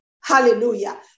Hallelujah